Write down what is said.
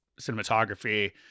cinematography